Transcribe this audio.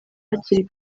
hakiri